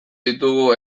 ditugu